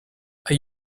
are